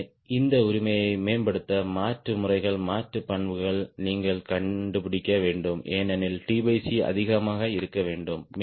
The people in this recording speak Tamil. எனவே இந்த உரிமையை மேம்படுத்த மாற்று முறைகள் மாற்று பண்புகளை நீங்கள் கண்டுபிடிக்க வேண்டும் ஏனெனில் அதிகமாக இருக்க வேண்டும்